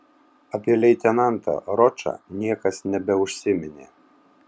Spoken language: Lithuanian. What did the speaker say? apie leitenantą ročą niekas nebeužsiminė